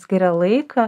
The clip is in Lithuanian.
skiria laiką